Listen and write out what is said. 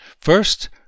first